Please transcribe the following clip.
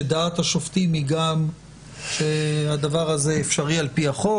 שדעת השופטים היא גם שהדבר הזה אפשרי על פי החוק.